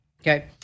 okay